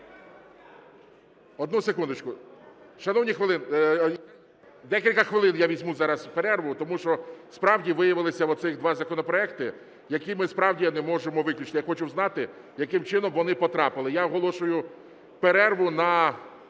Одну секундочку. Шановні…, декілька хвилин я візьму зараз перерву, тому що справді виявилися оцих два законопроекти, які ми справді не можемо виключити. Я хочу знати, яким чином вони потрапили. Я оголошую перерву на